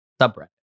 subreddit